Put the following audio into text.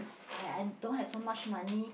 I I don't have so much money